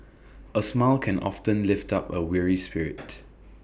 A smile can often lift up A weary spirit